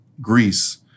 Greece